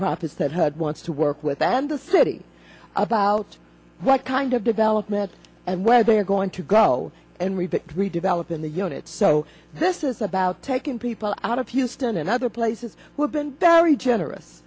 profits that heard wants to work with and the city about what kind of development and where they're going to go and read redevelop in the units so this is about taking people out of houston and other places we've been very generous